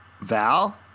Val